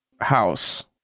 house